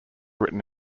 written